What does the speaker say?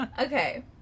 Okay